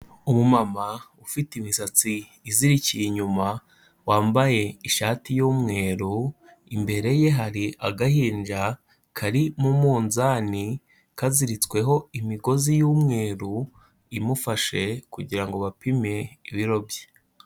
Umumama ufite imisatsi izirikiye inyuma, wambaye ishati y'umweru, imbere ye hari agahinja kari mu munzani kaziritsweho imigozi y'umweru imufashe kugira ngo bapime ibiro bye.